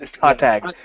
Hot-tag